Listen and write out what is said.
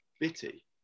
Bitty